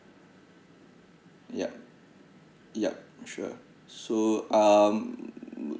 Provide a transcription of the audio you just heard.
yup yup sure so um